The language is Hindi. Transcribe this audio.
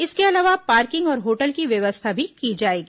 इसके अलावा पार्किंग और होटल की व्यवस्था भी की जाएगी